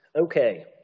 Okay